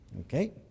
Okay